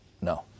No